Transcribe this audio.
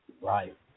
Right